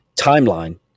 timeline